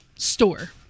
store